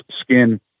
skin